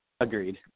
agreed